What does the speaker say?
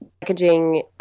packaging